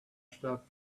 stuff